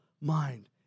mind